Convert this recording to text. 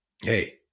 hey